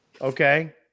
Okay